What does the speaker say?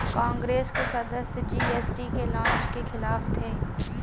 कांग्रेस के सदस्य जी.एस.टी के लॉन्च के खिलाफ थे